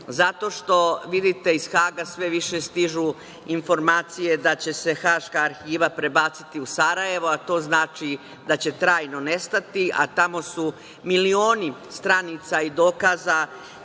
zato što vidite da iz Haga sve više stižu informacije da će se Haška arhiva prebaciti u Sarajevo, a to znači da će trajno nestati, a tamo su milioni stranica i dokaza